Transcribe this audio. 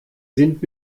sind